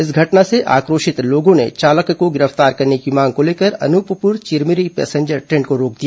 इस घटना से आक्रोशित लोगों ने चालक को गिरफ्तार करने की मांग को लेकर अनूपपुर चिरमिरी पैसेंजर ट्रेन को रोक दिया